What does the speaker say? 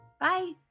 Bye